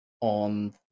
on